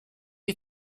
you